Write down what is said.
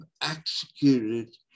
executed